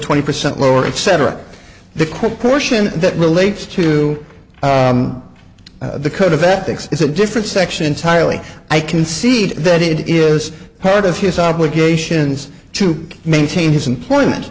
twenty percent lower etc the quote portion that relates to the code of ethics is a different section entirely i concede that it is part of his obligations to maintain his employment